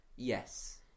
Yes